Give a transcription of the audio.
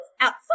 outside